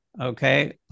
Okay